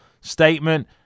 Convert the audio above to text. statement